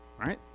right